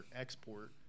export